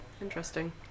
Interesting